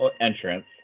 entrance